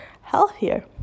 healthier